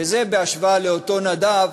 וזה בהשוואה לאותו נדב,